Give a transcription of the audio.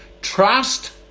trust